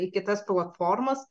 į kitas platformas